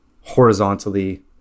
horizontally